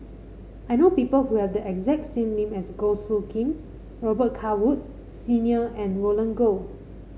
I know people who have the exact same name as Goh Soo Khim Robet Carr Woods Senior and Roland Goh